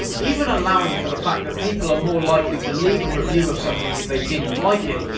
um even allowing for the fact that people are more likely to leave a review of something if they didn't like it,